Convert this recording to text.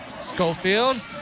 Schofield